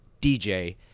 DJ